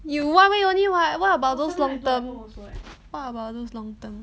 you one week only what what about those long term what about those long term